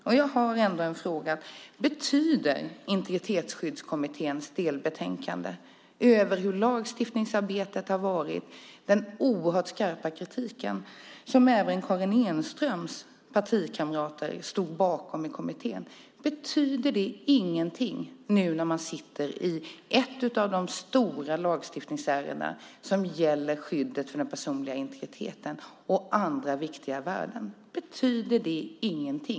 Integritetsskyddskommittén riktade oerhört skarp kritik i sitt delbetänkande över hur lagstiftningsarbetet har gått till, och det stod även Karin Enströms partikamrater i kommittén bakom. Betyder det ingenting i dagsläget när man sitter med ett av de stora lagstiftningsärendena som gäller skyddet för den personliga integriteten och andra viktiga värden?